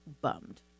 bummed